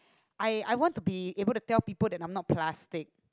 I I want to be able to tell people that I'm not plastic